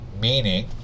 meaning